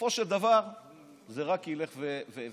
בסופו של דבר זה רק ילך ויתעצם.